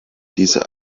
dieser